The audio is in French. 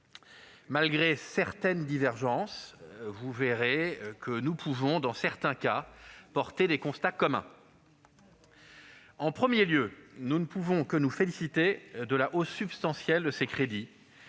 Malgré des divergences, nous pouvons, dans certains cas, dresser des constats communs. En premier lieu, nous ne pouvons que nous féliciter de la hausse substantielle des crédits